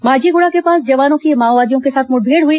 माझीगुड़ा के पास जवानों की माओवादियों के साथ मुठभेड़ हई